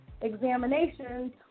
examinations